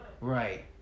Right